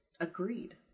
Agreed